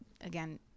again